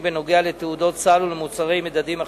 בנוגע לתעודות סל ולמוצרי מדדים אחרים.